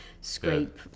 scrape